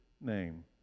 name